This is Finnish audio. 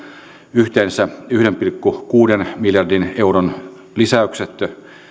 yhteensä yhden pilkku kuuden miljardin euron lisäykset